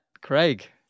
Craig